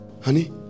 Honey